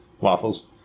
waffles